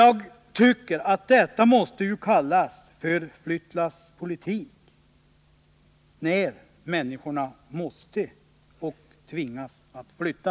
Jag tycker att det måste kallas för flyttlasspolitik, när människorna tvingas flytta.